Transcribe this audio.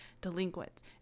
delinquents